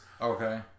Okay